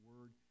word